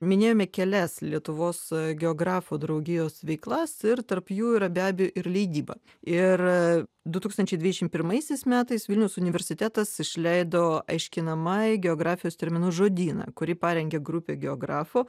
minėjome kelias lietuvos geografų draugijos veiklas ir tarp jų yra be abejo ir leidyba ir du tūkstančiai dvidešim pirmaisiais metais vilniaus universitetas išleido aiškinamąjį geografijos terminų žodyną kurį parengė grupė geografų